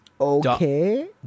okay